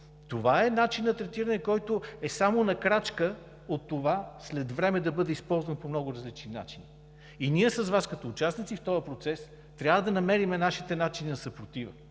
Това е начин на третиране, който е само на крачка от това след време да бъде използван по много различни начини, и ние с Вас като участници в този процес трябва да намерим нашите начини на съпротива,